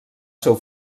seu